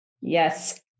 Yes